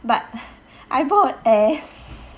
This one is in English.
but I bought S